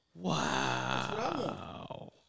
Wow